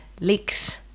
leaks